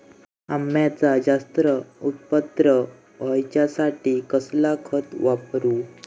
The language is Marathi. अम्याचा जास्त उत्पन्न होवचासाठी कसला खत वापरू?